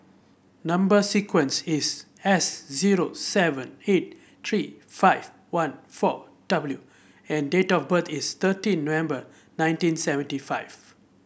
number sequence is S zero seven eight three five one four W and date of birth is thirteen November nineteen seventy five